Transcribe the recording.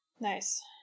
Nice